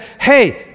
hey